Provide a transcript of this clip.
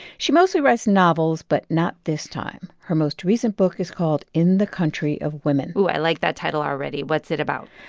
she mostly writes novels but not this time. her most recent book is called in the country of women. ooh, i like that title already. what's it about?